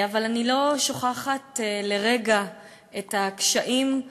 אבל אני לא שוכחת לרגע את הקשיים,